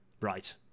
right